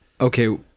Okay